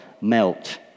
melt